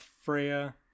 Freya